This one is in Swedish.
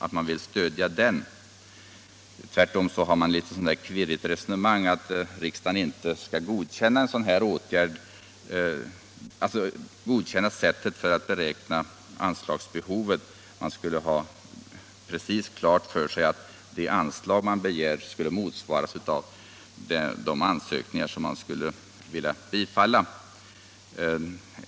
Tvärtom förs ett litet kvirrigt resonemang om att riksdagen inte skall godkänna sättet att beräkna anslagsbehovet. Det anslag man begär skall precis motsvaras av de ansökningar man vill bifalla.